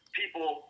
people